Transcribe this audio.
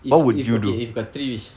if okay if okay if got three wish